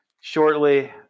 shortly